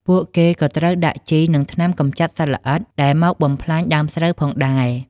ពួកគេក៏ត្រូវដាក់ជី និងថ្នាំកម្ចាត់សត្វល្អិតដែលមកបំផ្លាញដើមស្រូវផងដែរ។